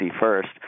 first